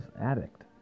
addict